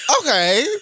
okay